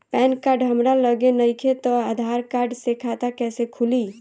Pan card हमरा लगे नईखे त आधार कार्ड से खाता कैसे खुली?